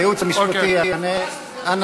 הייעוץ המשפטי יענה.